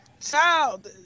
Child